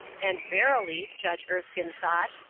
and, verily, judge erskine thought,